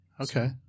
Okay